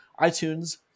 iTunes